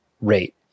rate